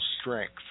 strength